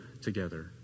together